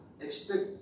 expect